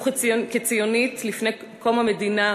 וכציונית לפני קום המדינה,